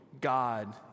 God